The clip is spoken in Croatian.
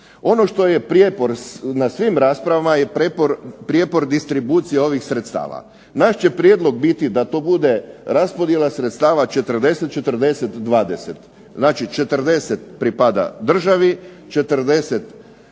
Ono što je prijepor na svim raspravama je prijepor distribucije ovih sredstava. Naš će prijedlog biti da to bude raspodjela sredstava 40:40:20, znači 40 pripada državi, 40